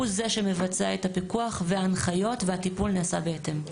הוא זה שמבצע את הפיקוח וההנחיות והטיפול נעשה בהתאם.